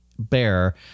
bear